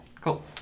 Cool